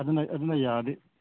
ꯑꯗꯨꯅ ꯑꯗꯨꯅ ꯌꯥꯔꯗꯤ